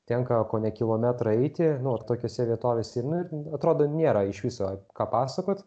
tenka kone kilometrą eiti nu ir tokiose vietovėse nu ir atrodo nėra iš viso ką pasakot